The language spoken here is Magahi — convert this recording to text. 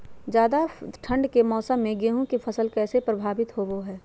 ज्यादा ठंड के मौसम में गेहूं के फसल कैसे प्रभावित होबो हय?